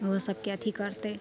ओसबके अथी करतइ